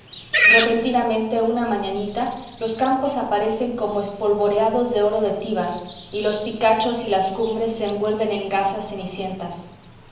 repentinamente una mañanita los campos aparecen como espolvoreados de oro de tíbar y los picachos y las cumbres se envuelven en gasas cenicientas